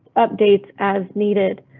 updates as needed.